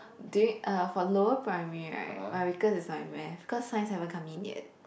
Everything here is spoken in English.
during uh for lower primary right my weakest is my math cause science haven't come in yet